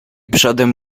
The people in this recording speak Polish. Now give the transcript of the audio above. przodem